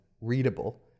readable